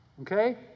Okay